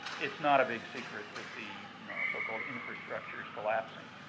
it's not a big secret that the you know so-called infrastructure is collapsing.